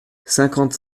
cinquante